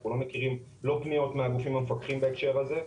אנחנו לא מכירים פניות מהגופים המפקחים בהקשר הזה.